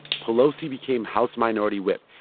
pelosi became house minority whip,